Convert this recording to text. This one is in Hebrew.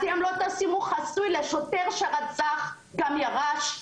אתם לא תשימו חיסיון לשוטר שרצח וגם ירש.